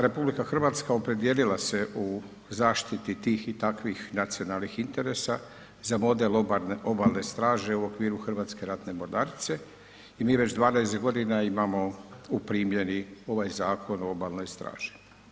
RH opredijelila se u zaštiti tih i takvih nacionalnih interesa za model obalne straže u okviru Hrvatske ratne mornarice i mi već 12.g. imamo u primjeni ovaj Zakon o obalnoj straži.